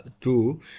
true